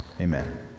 Amen